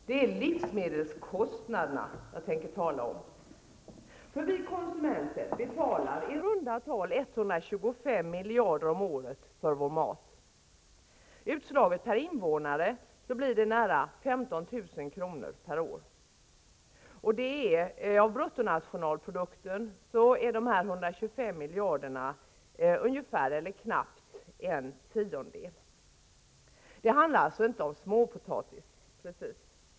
Det är livsmedelskostnaderna jag tänker tala om. Vi konsumenter betalar i runt tal 125 miljarder kronor om året för vår mat. Utslaget per invånare blir det närmare 15 000 kr. per år. Av bruttonationalprodukten utgör dessa 125 miljarder knappt en tiondel. Det handlar alltså inte precis om småpotatis.